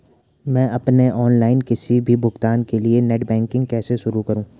मैं अपने ऑनलाइन किसी भी भुगतान के लिए नेट बैंकिंग कैसे शुरु करूँ?